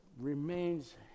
remains